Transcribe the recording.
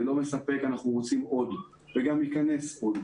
זה לא מספק, אנחנו רוצים עוד, וגם ייכנס עוד.